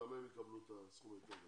גם הם יקבלו את הסכום היותר גדול,